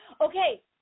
Okay